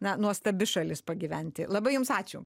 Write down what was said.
na nuostabi šalis pagyventi labai jums ačiū